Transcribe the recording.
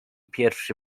pierwszy